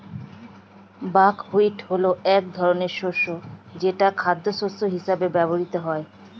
buckwheat হলো এক ধরনের শস্য যেটা খাদ্যশস্য হিসেবে ব্যবহৃত হয়